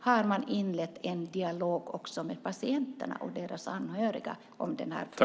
Har man inlett en dialog också med patienterna och deras anhöriga om den här frågan?